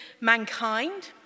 mankind